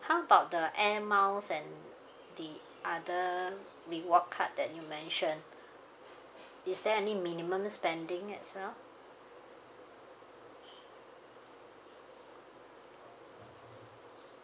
how about the air miles and the other reward card that you mention is there any minimum spending as well